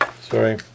sorry